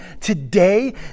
today